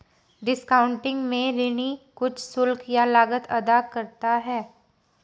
discounting में ऋणी कुछ शुल्क या लागत अदा करता है